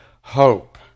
hope